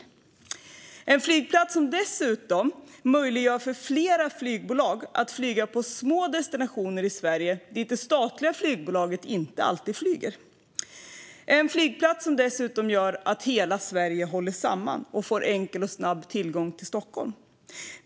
Det är en flygplats som dessutom möjliggör för flera flygbolag att flyga på små destinationer, dit det statliga flygbolaget inte alltid flyger. Det är dessutom en flygplats som gör att hela Sverige håller samman och får enkel och snabb tillgång till Stockholm.